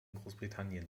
großbritannien